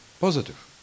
positive